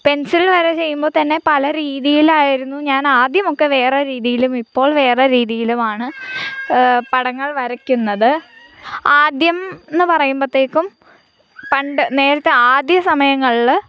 pencil വര ചെയ്യുമ്പോൾ തന്നെ പല രീതിയിലായിരുന്നു ഞാൻ ആദ്യമൊക്കെ വേറെ രീതിയിലും ഇപ്പോൾ വേറെ രീതിയിലുമാണ് പടങ്ങൾ വരയ്ക്കുന്നത് ആദ്യംന്ന് പറയുമ്പോഴ്ത്തേക്കും പണ്ട് നേരത്തെ ആദ്യ സമയങ്ങളിൽ